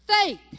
Faith